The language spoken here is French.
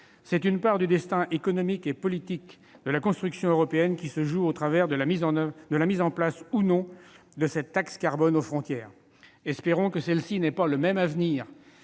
C'est une part du destin économique et politique de la construction européenne qui se joue au travers de la mise en place ou non de cette taxe carbone aux frontières. Espérons que cette taxe ne connaîtra pas le même sort